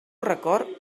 record